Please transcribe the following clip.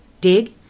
Dig